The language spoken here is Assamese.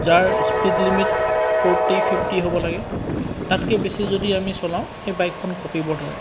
যাৰ স্পীড লিমিট ফোৰ্টি ফিফ্টি হ'ব লাগে তাতকৈ বেছি যদি যদি চলাওঁ সেই বাইকখন কঁপিব ধৰে